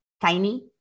Tiny